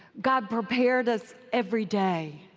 god prepared us every day.